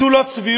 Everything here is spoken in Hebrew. זו לא צביעות?